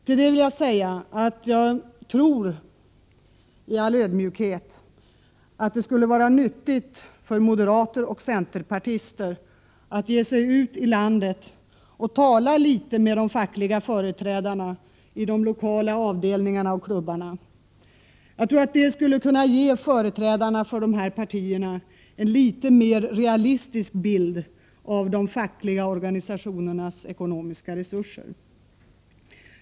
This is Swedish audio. Till det vill jag säga att jag i all ödmjukhet tror att det skulle vara nyttigt för moderater och centerpartister att ge sig ut i landet och tala litet med de fackliga företrädarna i de olika avdelningarna och klubbarna. Jag tror att det skulle kunna ge företrädarna för dessa partier en litet mer realistisk bild av de fackliga organisationernas ekonomiska resurser.